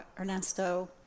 Ernesto